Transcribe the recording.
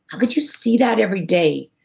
how could you see that every day,